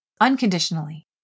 unconditionally